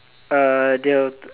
uh they're